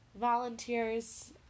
volunteers